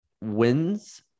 wins